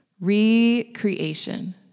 Recreation